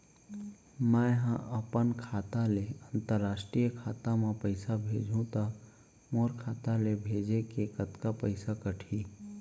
मै ह अपन खाता ले, अंतरराष्ट्रीय खाता मा पइसा भेजहु त मोर खाता ले, भेजे के कतका पइसा कटही?